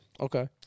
Okay